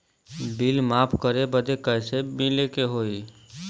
Bill माफ करे बदी कैसे मिले के होई?